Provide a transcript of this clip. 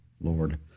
Lord